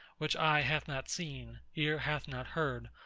which eye hath not seen, ear hath not heard,